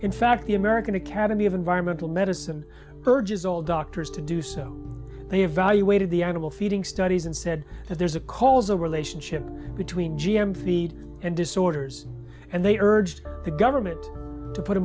in fact the american academy of environmental medicine urges all doctors to do so they evaluated the animal feeding studies and said that there's a causal relationship between g m feed and disorders and they urged the government to put